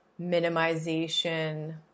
minimization